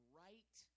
right